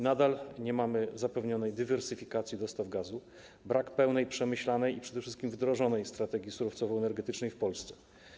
Nadal nie mamy zapewnionej dywersyfikacji dostaw gazu, brak pełnej, przemyślanej i przede wszystkim wdrożonej strategii surowcowo-energetycznej w Polsce.